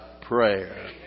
prayer